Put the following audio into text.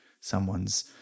someone's